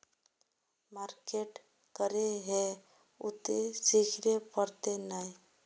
Market करे है उ ते सिखले पड़ते नय?